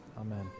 Amen